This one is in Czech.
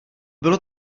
bylo